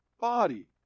body